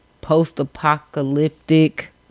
post-apocalyptic